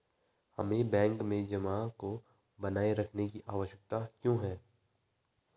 हमें बैंक में जमा को बनाए रखने की आवश्यकता क्यों है?